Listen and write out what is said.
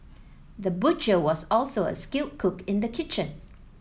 the butcher was also a skilled cook in the kitchen